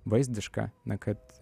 vaizdiška na kad